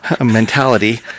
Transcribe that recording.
mentality